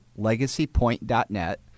LegacyPoint.net